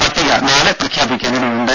പട്ടിക നാളെ പ്രഖ്യാപിക്കാനിടയുണ്ട്